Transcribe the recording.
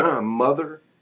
mother